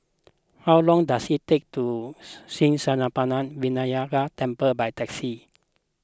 how long does it take to Sri Senpaga Vinayagar Temple by taxi